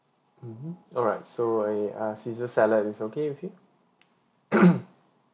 mmhmm alright so a uh caesar salad is okay with you